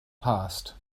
past